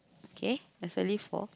okay there's a lift four